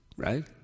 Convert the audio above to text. Right